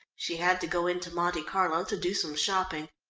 she had to go into monte carlo to do some shopping.